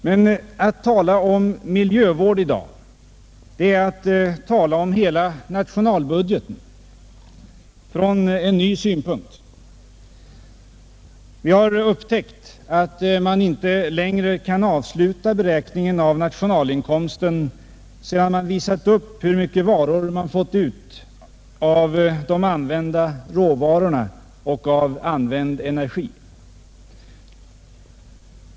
Men att tala om miljövård i dag är att tala om hela nationalbudgeten från en ny synpunkt. Vi har upptäckt att man inte längre kan avsluta beräkningen av nationalinkomsten sedan man visat upp hur mycket varor man fått ut av de använda råvarorna och av använd energi.